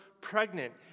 pregnant